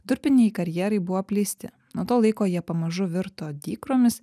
durpiniai karjerai buvo apleisti nuo to laiko jie pamažu virto dykromis